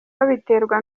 babiterwa